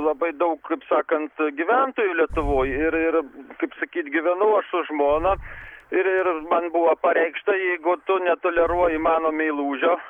labai daug kaip sakant gyventojų lietuvoj ir ir taip sakyt gyvenu aš su žmona ir man buvo pareikšta jeigu tu netoleruoji mano meilužio